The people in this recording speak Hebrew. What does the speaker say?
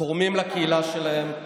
תורמים לקהילה שלהם,